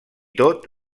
tot